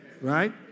Right